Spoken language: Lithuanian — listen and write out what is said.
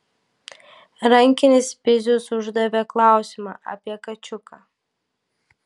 rankinis pizius uždavė klausimą apie kačiuką